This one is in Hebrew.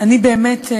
אני באמת,